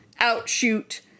outshoot